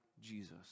Jesus